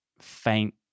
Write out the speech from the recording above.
faint